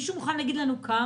מישהו מוכן להגיד לנו למה?